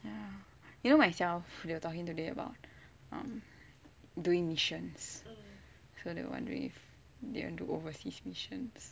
you know my cell they were talking today about um doing missions so we were wondering if they have to do overseas mission